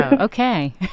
okay